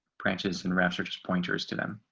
branches and graphs are just pointers to them.